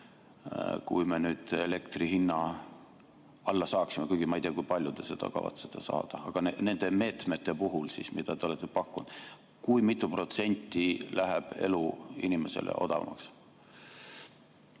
kui me nüüd elektri hinna alla saaksime? Kuigi ma ei tea, kui palju te seda kavatsete saada. Aga nende meetmete puhul, mida te olete pakkunud: kui mitu protsenti läheb elu inimesele odavamaks?